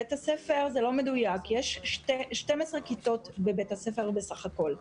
זה לא מדויק: יש 12 כיתות בבית הספר בסך הכול,